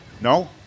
No